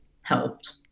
helped